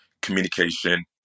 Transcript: Communication